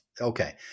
Okay